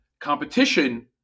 competition